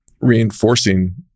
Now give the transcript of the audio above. reinforcing